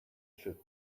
should